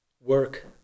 work